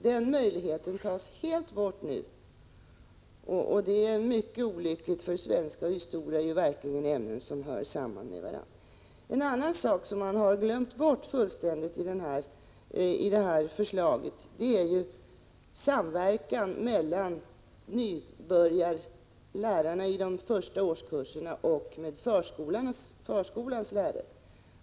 Den möjligheten tas nu bort helt, och det är mycket olyckligt, eftersom svenska och historia verkligen är ämnen som hör samman. En annan sak som man fullständigt har glömt bort i förslaget är samverkan mellan nybörjarlärarna i de första årskurserna och förskolans lärare.